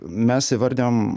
mes įvardijom